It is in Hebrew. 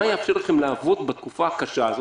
מה יאפשר לכם לעבוד בתקופה הקשה הזו,